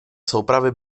soupravy